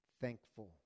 thankful